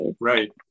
Right